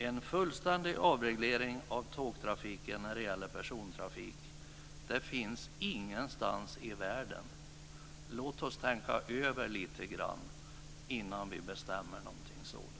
En fullständig avreglering av tågtrafiken när det gäller persontrafik finns ingenstans i världen. Låt oss tänka över detta lite grann innan vi bestämmer någonting sådant!